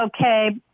okay